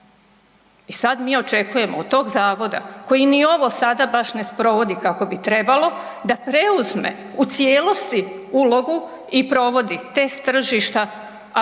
I sada mi očekujemo od tog zavoda koji ni ovo sada baš ne sprovodi kako bi trebalo da preuzme u cijelosti ulogu i provodi test tržišta,